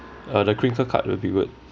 uh the crinkle cut will be good